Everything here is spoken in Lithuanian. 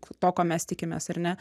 to ko mes tikimės ar ne